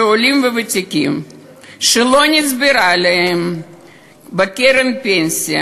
שעולים וותיקים שלא נצבר להם בקרן הפנסיה